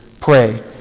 pray